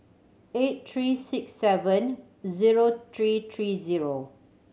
eight three six seven zero three three zero